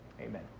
Amen